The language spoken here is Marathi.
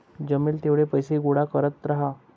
जमेल तेवढे पैसे गोळा करत राहा